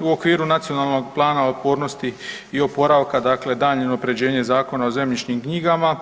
U okviru Nacionalnog plana otpornosti i oporavka dakle daljnje unapređenje Zakona o zemljišnim knjigama,